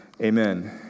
Amen